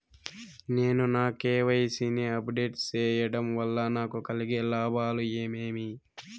నేను నా కె.వై.సి ని అప్ డేట్ సేయడం వల్ల నాకు కలిగే లాభాలు ఏమేమీ?